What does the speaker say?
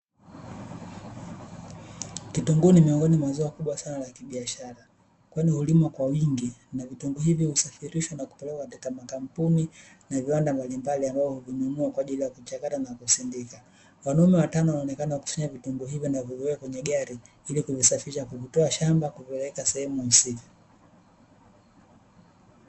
Kitunguu ni miongo mwa zao kubwa sana la kibiashara, kwani hulimwa kwa wingi, na vitunguu hivyo husafirishwa na kupelekwa katika makampuni na viwanda mbalimbali ambavyo huvinunua kwa ajili ya kuvichakata na kuvisindika. Wanaume watano wanaonekana kukusanya vitunguu hivyo na kuweka kwenye gari, ili kuvisafirisha na kuvitoa shamba kupeleka sehemu husika.